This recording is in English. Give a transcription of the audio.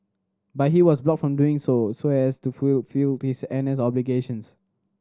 but he was blocked from doing so as to fulfilled his N S obligations